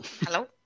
hello